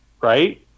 right